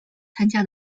参加